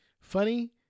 funny